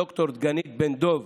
ד"ר דגנית בן דב